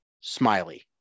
Smiley